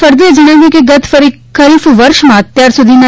ફળદુએ જણાવ્યું કે ગત ખરીફ વર્ષમાં અત્યારસુધીના